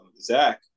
Zach